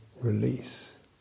release